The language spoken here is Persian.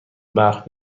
برق